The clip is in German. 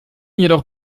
jedoch